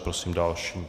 Prosím další.